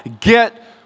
get